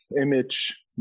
image